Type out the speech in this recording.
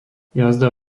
jazda